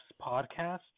podcast